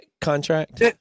contract